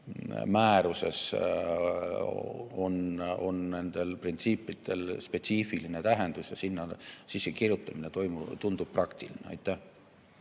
määruses on nendel printsiipidel spetsiifiline tähendus ja sinna sissekirjutamine tundub praktiline. Aivar